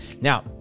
Now